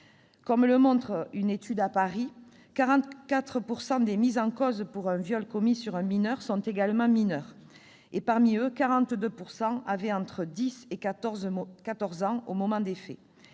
Comme le montre une étude, à Paris, 44 % des mis en cause pour un viol commis sur un mineur sont également mineurs et, parmi eux, 42 % avaient entre dix et quatorze ans au moment des faits.